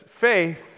Faith